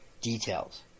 Details